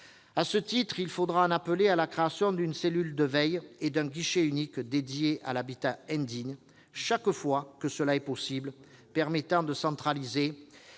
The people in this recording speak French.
À ce titre, il faudra en appeler à la création d'une cellule de veille et d'un guichet unique dédié à l'habitat indigne, chaque fois que cela est possible, permettant de centraliser